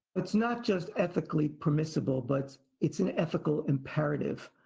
it's not just ethically permissible but it's an ethical imperative.